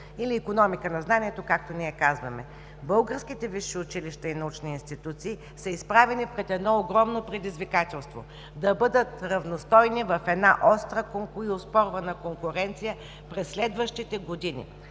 или „икономика на знанието“, както ние казваме. Българските висши училища и научни институции са изправени пред едно огромно предизвикателство – да бъдат равностойни в една остра и оспорвана конкуренция през следващите години.